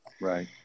Right